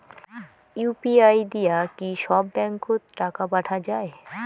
UPI দিয়া কি সব ব্যাংক ওত টাকা পাঠা যায়?